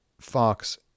Fox